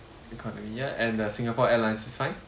economy ya and the singapore airlines is fine